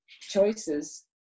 choices